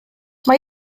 mae